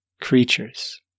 creatures